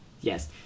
Yes